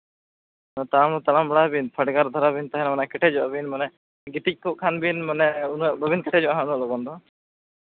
ᱛᱟᱲᱟᱢ ᱦᱚᱸ ᱛᱟᱲᱟᱢ ᱵᱟᱲᱟᱭ ᱵᱤᱱ ᱯᱷᱟᱰᱜᱟᱨ ᱫᱷᱟᱨᱟᱵᱤᱱ ᱛᱟᱦᱮᱱᱟᱵᱤᱱ ᱢᱟᱱᱮ ᱠᱮᱴᱮᱡᱚᱜᱼᱟ ᱵᱤᱱ ᱢᱟᱱᱮ ᱜᱤᱛᱤᱡ ᱠᱚᱜ ᱠᱷᱟᱜ ᱵᱤᱱ ᱢᱟᱱᱮ ᱵᱟᱵᱤᱱ ᱠᱮᱴᱮᱡᱚᱜᱼᱟ ᱩᱱᱟᱹᱜ ᱞᱚᱜᱚᱱ ᱫᱚ